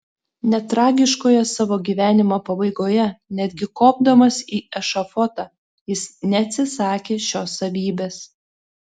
net tragiškoje savo gyvenimo pabaigoje netgi kopdamas į ešafotą jis neatsisakė šios savybės